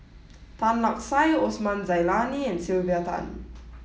Tan Lark Sye Osman Zailani and Sylvia Tan